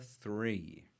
three